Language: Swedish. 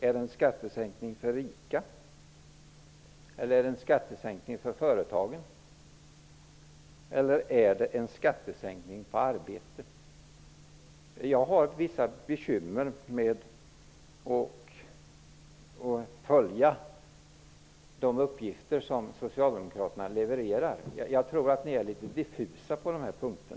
Var det en skattesänkning för rika, en skattesänkning för företagen eller en sänkning av skatten på arbete? Jag har vissa bekymmer med att följa de uppgifter som Socialdemokraterna levererar. Ni är litet diffusa på dessa punkter.